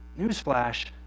Newsflash